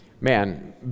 Man